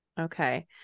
Okay